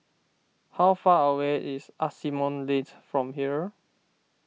how far away is Asimont Lane from here